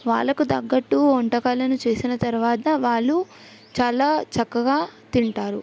వాళ్ళకు తగట్టు వంటకాలను చేసిన తర్వాత వాళ్ళు చాలా చక్కగా తింటారు